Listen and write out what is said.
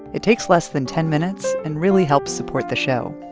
it takes less than ten minutes and really helps support the show.